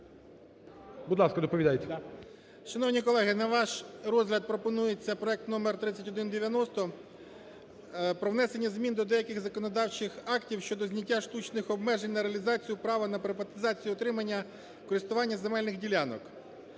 Будь ласка, доповідайте.